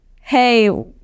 hey